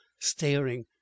staring